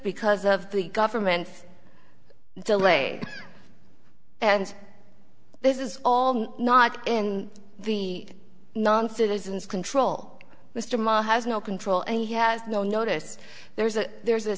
because of the government's delay and this is all not in the non citizens control mr maher has no control and he has no notice there's a there's a